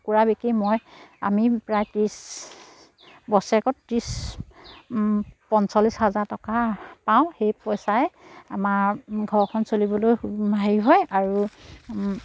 কুকুৰা বিকি মই আমি প্ৰায় ত্ৰিছ বছেৰেকত ত্ৰিছ পঞ্চল্লিছ হাজাৰ টকা পাওঁ সেই পইচাৰে আমাৰ ঘৰখন চলিবলৈ হেৰি হয় আৰু